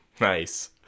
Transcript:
Nice